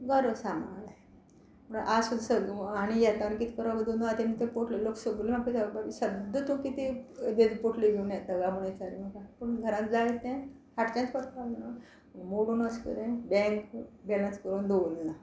घरूय सांबाळ्ळें म्हणजे आज सगळे आनी येताना कितें करप दोनूय हातीन तें पोटल्यो लोक सगले म्हाका विचारप बाबी सद्दां तूं कितें येद्यो येद्यो पोटल्यो घेवन येत काय म्हण विचारी म्हाका पूण घरान जाय तें हाडचेच पडटालें न्हू मोडून अशें बँक बेलंन्स करून दवरलो ना